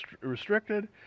restricted